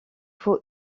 faut